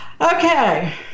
Okay